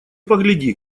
погляди